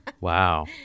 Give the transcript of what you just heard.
Wow